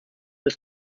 des